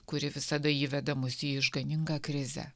kuri visada įveda mus į išganingą krizę